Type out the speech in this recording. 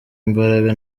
imbaraga